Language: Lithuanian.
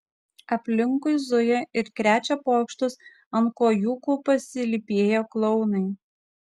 aplinkui zuja ir krečia pokštus ant kojūkų pasilypėję klounai